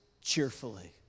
cheerfully